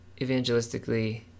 evangelistically